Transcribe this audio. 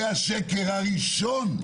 זה השקר הראשון.